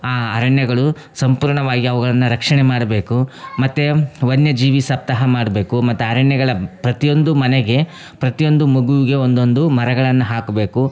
ಆ ಅರಣ್ಯಗಳು ಸಂಪೂರ್ಣವಾಗಿ ಅವುಗಳನ್ನು ರಕ್ಷಣೆ ಮಾಡ್ಬೇಕು ಮತ್ತು ವನ್ಯಜೀವಿ ಸಪ್ತಾಹ ಮಾಡ್ಬೇಕು ಮತ್ತು ಅರಣ್ಯಗಳ ಪ್ರತಿಯೊಂದು ಮನೆಗೆ ಪ್ರತಿಯೊಂದು ಮಗುವಿಗೆ ಒಂದೊಂದು ಮರಗಳನ್ನು ಹಾಕ್ಬೇಕು